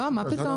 לא, מה פתאום.